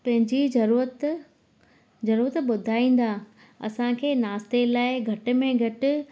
पंहिंजी ज़रूरत ज़रूरत ॿुधाईंदा असांखे नाश्ते लाइ घटि में घटि